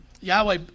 Yahweh